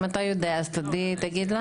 אם אתה יודע, תגיד לנו.